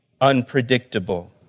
unpredictable